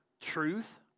truth